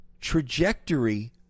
trajectory